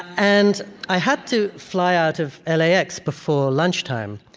and i had to fly out of lax before lunchtime.